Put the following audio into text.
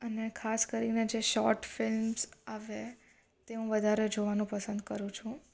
અને ખાસ કરીને જે શોટ ફિલ્મસ આવે તે હું વધારે જોવાનું પસંદ કરું છું